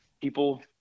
people